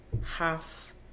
half